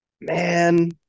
man